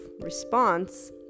response